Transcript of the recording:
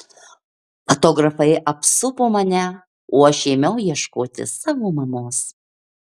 fotografai apsupo mane o aš ėmiau ieškoti savo mamos